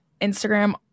Instagram